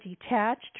detached